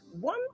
One